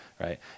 right